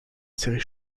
série